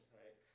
right